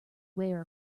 wear